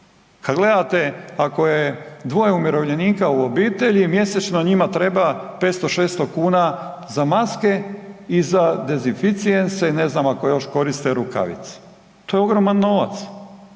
Kad gledate ako dvoje umirovljenika u obitelji, mjesečno njima treba 500-600 kuna za maske i za dezinficijense i ne znam ako još koriste rukavice, to je ogroman novac,